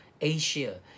Asia